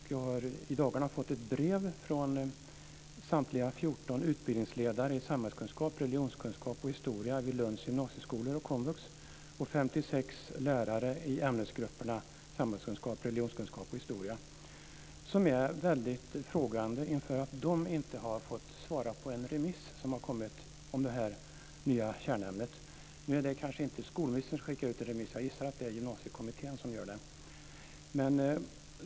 Jag har i dagarna fått ett brev från samtliga 14 utbildningsledare i samhällskunskap, religionskunskap och historia vid Lunds gymnasieskolor och komvux och 56 lärare i ämnesgrupperna samhällskunskap, religionskunskap och historia. De är väldigt frågande inför att de inte har fått svara på en remiss som har skickats ut om det här nya kärnämnet. Nu är det kanske inte skolministern som skickar ut remisser. Jag gissar att det är Gymnasiekommittén som gör det.